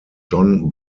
john